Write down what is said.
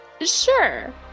Sure